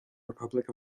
republic